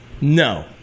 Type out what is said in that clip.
No